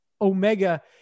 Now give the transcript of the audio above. Omega